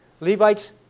Levites